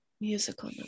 Musical